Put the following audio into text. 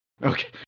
Okay